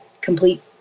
complete